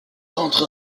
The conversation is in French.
rentre